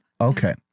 Okay